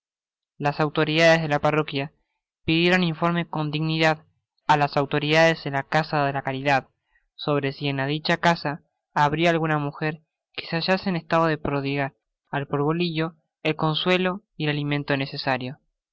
las autoridades de la par roquia pidieron infurme con dignidad á las auto ws ridades de la casa de la caridad solre si en la dicha s casa ha ria alguna muger que se hallase en estado de prodigar al parvulillo el consuelo y el alimento